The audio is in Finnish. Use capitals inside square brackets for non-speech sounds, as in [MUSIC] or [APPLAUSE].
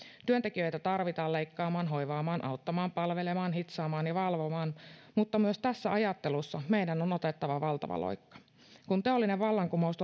työntekijöitä tarvitaan leikkaamaan hoivaamaan auttamaan palvelemaan hitsaamaan ja valvomaan mutta myös tässä ajattelussa meidän on otettava valtava loikka kun teollinen vallankumous [UNINTELLIGIBLE]